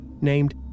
named